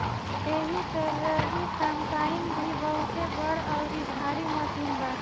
एही तरही कम्पाईन भी बहुते बड़ अउरी भारी मशीन बाटे